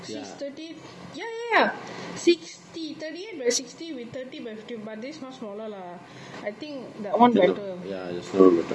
it's thirty eight ya ya ya sixty thirty eight by sixty with thirty by six but this one smaller lah I think that one better